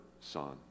son